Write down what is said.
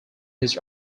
his